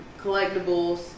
collectibles